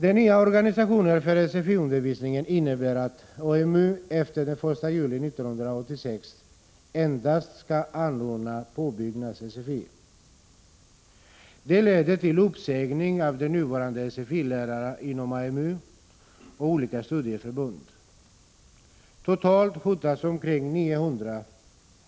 Den nya organisationen för sfi-undervisningen innebär att AMU efter den 1 juli 1986 endast skall anordna påbyggnads-sfi. Det leder till uppsägning av de nuvarande sfi-lärarna inom AMU och olika studieförbund. Totalt hotas omkring 900